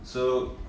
so